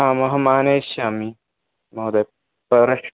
आम् अहम् आनेष्यामि महोदय् परह्